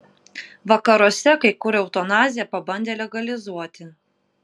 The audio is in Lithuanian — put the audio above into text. vakaruose kai kur eutanaziją pabandė legalizuoti